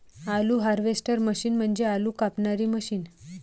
आलू harvester machine म्हणजे आलू कापणारी मशीन